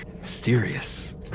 mysterious